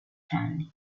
family